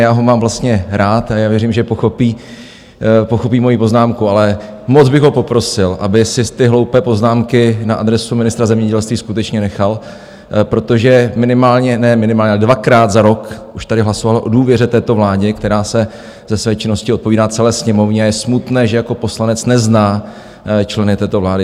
Já ho mám vlastně rád a věřím, že pochopí moji poznámku, ale moc bych ho poprosil, aby si ty hloupé poznámky na adresu ministra zemědělství skutečně nechal, protože minimálně ne minimálně, ale dvakrát za rok už tady hlasoval o důvěře této vládě, která se ze své činnosti odpovídá celé Sněmovně, a je smutné, že jako poslanec nezná členy této vlády.